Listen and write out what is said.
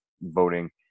voting